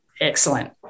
Excellent